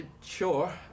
sure